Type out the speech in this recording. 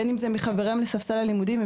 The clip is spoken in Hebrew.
בין אם זה מחבריהם לספסל הלימודים,